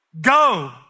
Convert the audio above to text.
Go